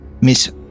Miss